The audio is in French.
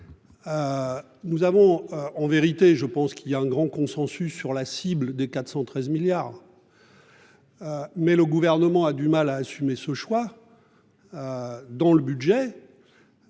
Nous avons en vérité, je pense qu'il y a un grand consensus sur la cible de 413 milliards. Mais le gouvernement a du mal à assumer ce choix. Dans le budget.